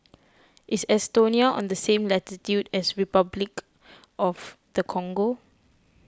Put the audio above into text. is Estonia on the same latitude as Repuclic of the Congo